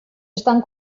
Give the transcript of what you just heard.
estan